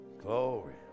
Glory